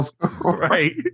Right